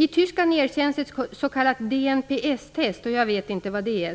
I Tyskland erkänns ett s.k. DNPS-test